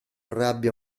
rabbia